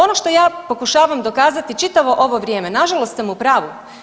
Ono što ja pokušavam dokazati čitavo ovo vrijeme nažalost sam u pravu.